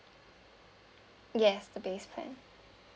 yes the base plan